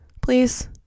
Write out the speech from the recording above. please